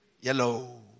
Yellow